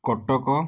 Cuttack